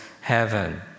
heaven